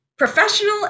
Professional